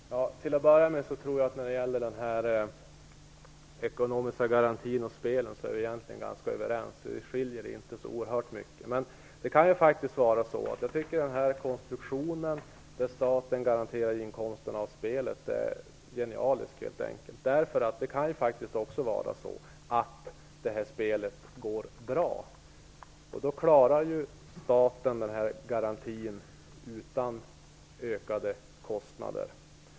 Fru talman! Till att börja med tror jag att vi egentligen är ganska överens när det gäller den ekonomiska garantin och spelen. Det skiljer inte så oerhört mycket. Jag tycker att konstruktionen där staten garanterar inkomsten av spelet helt enkelt är genialisk. Det kan nämligen också bli så att spelet går bra, och i så fall klarar staten garantin utan ökade kostnader.